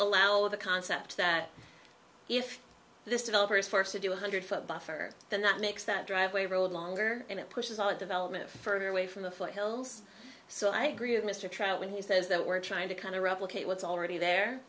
allow the concept that if this developer is forced to do one hundred foot buffer then that makes that driveway road longer and it pushes all the development further away from the foothills so i agree with mr trial when he says that we're trying to kind of replicate what's already there